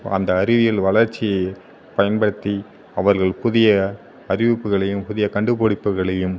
அந்த அறிவியல் வளர்ச்சியை பயன்படுத்தி அவர்கள் புதிய அறிவிப்புகளையும் புதிய கண்டுபிடிப்புகளையும்